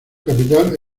capital